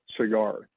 cigar